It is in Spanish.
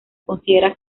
considera